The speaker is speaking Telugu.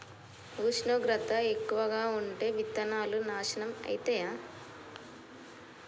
ఉష్ణోగ్రత ఎక్కువగా ఉంటే విత్తనాలు నాశనం ఐతయా?